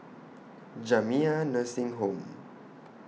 Jamiyah Nursing Home